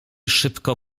szybko